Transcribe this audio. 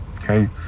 okay